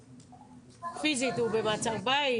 פיזית הוא במעצר בית?